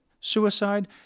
suicide